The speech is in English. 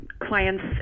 clients